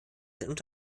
seinen